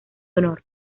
honor